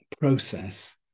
process